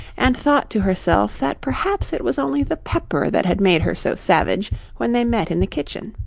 and thought to herself that perhaps it was only the pepper that had made her so savage when they met in the kitchen.